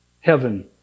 Heaven